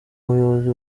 ubuyobozi